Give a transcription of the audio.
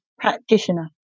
practitioner